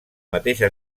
mateixa